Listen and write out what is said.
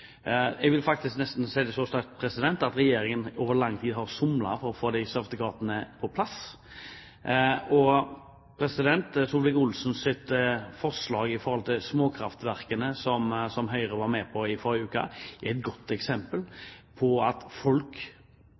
Jeg vil nesten si det så sterkt at Regjeringen over lang tid har somlet med å få disse sertifikatene på plass. Solvik-Olsens forslag om småkraftverk for et par uker siden, som Høyre også er med på, er et godt eksempel på at folk